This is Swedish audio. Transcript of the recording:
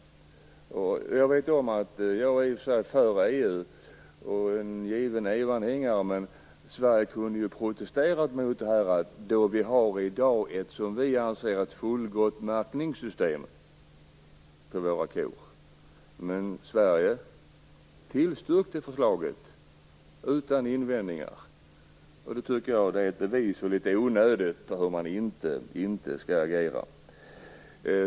Jag är i och för sig för EU, jag är en given EU-anhängare. Men Sverige kunde ju ha protesterat mot det här eftersom vi i dag, anser vi, har ett fullgott märkningssystem för våra kor. Sverige tillstyrkte dock förslaget utan invändningar. Det tycker jag är ett exempel på hur man inte skall agera.